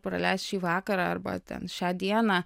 praleist šį vakarą arba šią dieną